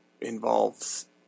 involves